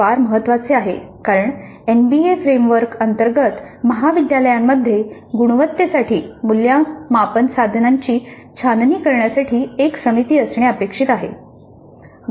हे फार महत्वाचे आहे कारण एनबीए फ्रेमवर्क अंतर्गत महाविद्यालयांमध्ये गुणवत्तेसाठी मूल्यमापन साधनांची छाननी करण्यासाठी एक समिती असणे अपेक्षित आहे